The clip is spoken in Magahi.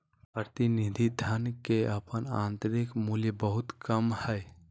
प्रतिनिधि धन के अपन आंतरिक मूल्य बहुत कम हइ